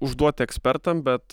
užduot ekspertam bet